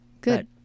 Good